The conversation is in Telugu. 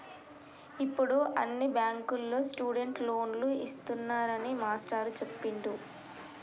ఇప్పుడు అన్ని బ్యాంకుల్లో స్టూడెంట్ లోన్లు ఇస్తున్నారని మాస్టారు చెప్పిండు